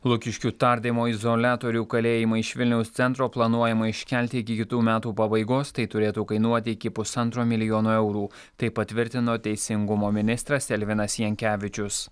lukiškių tardymo izoliatorių kalėjimą iš vilniaus centro planuojama iškelti iki kitų metų pabaigos tai turėtų kainuoti iki pusantro milijono eurų tai patvirtino teisingumo ministras elvinas jankevičius